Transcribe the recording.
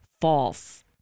false